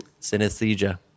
Synesthesia